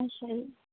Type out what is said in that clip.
ਅੱਛਾ ਜੀ